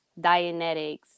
Dianetics